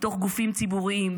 בתוך גופים ציבוריים,